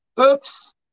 Oops